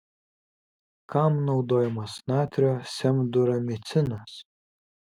kam naudojamas natrio semduramicinas